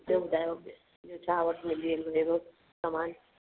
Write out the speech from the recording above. ॿियो ॿुधायो ॿियो छा वठि वेंदियूं आहिनि अहिड़ो समान